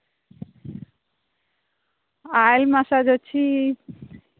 oil massage వచ్చి